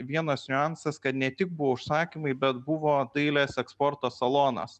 vienas niuansas kad ne tik buvo užsakymai bet buvo dailės eksporto salonas